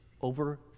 over